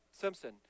Simpson